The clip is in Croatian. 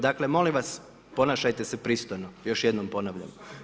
Dakle, molim vas, ponašajte se pristojno, još jednom ponavljam.